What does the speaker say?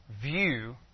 view